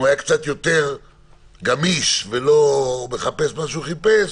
אם היה קצת יותר גמיש ולא מחפש מה שהוא חיפש